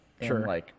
Sure